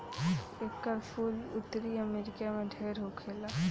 एकर फूल उत्तरी अमेरिका में ढेर होखेला